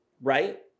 right